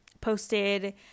posted